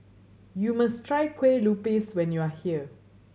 you must try Kueh Lupis when you are here